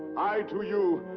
i to you,